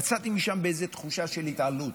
יצאתי משם באיזו תחושה של התעלות.